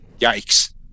yikes